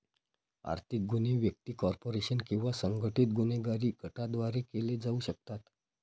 आर्थिक गुन्हे व्यक्ती, कॉर्पोरेशन किंवा संघटित गुन्हेगारी गटांद्वारे केले जाऊ शकतात